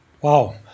Wow